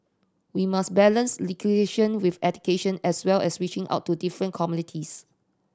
we must balance with education as well as reaching out to different communities